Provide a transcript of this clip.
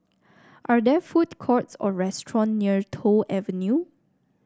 are there food courts or restaurants near Toh Avenue